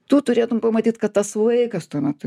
tu turėtum pamatyt kad tas vaikas tuo metu